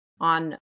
on